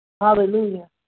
Hallelujah